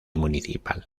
municipal